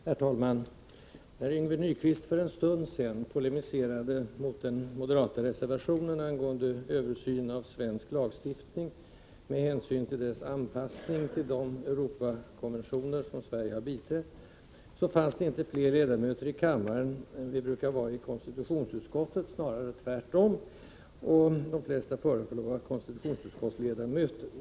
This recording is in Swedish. Herr talman! När Yngve Nyquist för en stund sedan polemiserade mot den moderata reservationen angående översyn av svensk lagstiftning, med hänsyn till dess anpassning till de Europakonventioner som Sverige har biträtt, fanns det inte fler ledamöter i kammaren än vi brukar vara i konstitutionsutskottet, snarare tvärtom, och de flesta föreföll att vara konstitutionsutskottsledamöter.